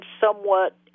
somewhat